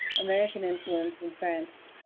american influence in france.